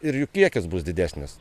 ir jų kiekis bus didesnis